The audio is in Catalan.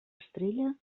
estrella